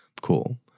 cool